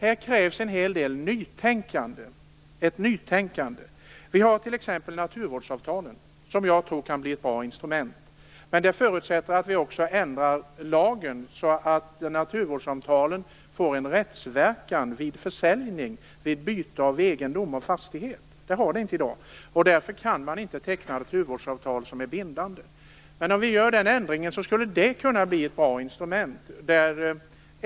Här krävs en hel del nytänkande. Vi har t.ex. naturvårdsavtalen, som jag tror kan bli ett bra instrument. Men det förutsätter att vi också ändrar lagen så att naturvårdsavtalen får en rättsverkan vid försäljning och byte av egendom och fastighet. Det har de inte i dag. Därför kan man inte teckna naturvårdsavtal som är bindande. Om vi gör den ändringen skulle det kunna bli ett bra instrument.